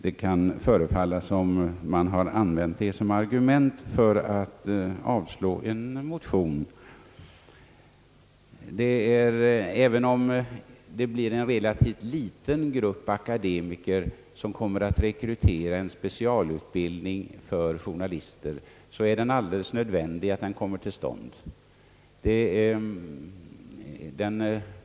Det kan förefalla som om man har använt det som argument för avslag på en motion. Även om det blir en relativt liten grupp akademiker som kommer att rekrytera en specialutbildning för journalister är det alldeles nödvändigt att en sådan kommer till stånd.